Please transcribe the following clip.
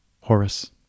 Horace